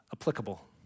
applicable